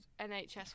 NHS